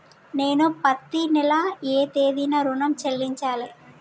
నేను పత్తి నెల ఏ తేదీనా ఋణం చెల్లించాలి?